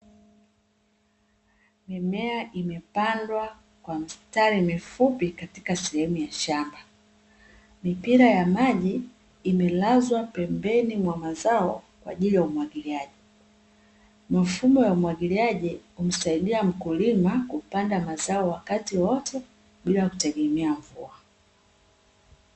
Mimea imepandwa kwa mstari mifupi katika sehemu ya shamba, mipira ya maji imelazwa pembeni mwa mazao, kwa ajili ya umwagiliaji, mfumo ya umwagiliaji humsaidia mkulima kupanda mazao wakati wowote bila kutegemea mvua.